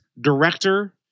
director